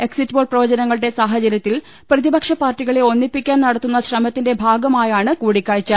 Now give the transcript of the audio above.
exit poll പ്രവചനങ്ങ ളുടെ സാഹചര്യത്തിൽ പ്രതിപക്ഷ പാർട്ടികളെ ഒന്നിപ്പിക്കാൻ നടത്തുന്ന ശ്രമത്തിന്റെ ഭാഗമായാണ് കൂടിക്കാഴ്ച